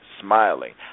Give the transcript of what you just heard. smiling